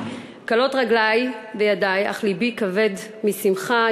קלות רגלי וידי אך לבי כבד משמחה,